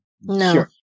no